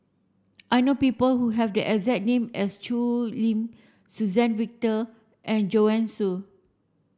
I know people who have the exact name as Choo Lim Suzann Victor and Joanne Soo